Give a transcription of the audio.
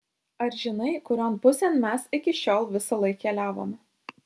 ar žinai kurion pusėn mes iki šiol visąlaik keliavome